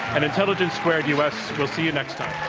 and intelligence squared u. s, we'll see you next time.